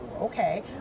okay